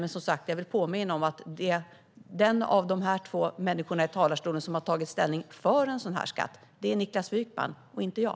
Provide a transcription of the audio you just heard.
Jag vill påminna om att den av de två i talarstolen som har tagit ställning för en sådan här skatt är Niklas Wykman, inte jag.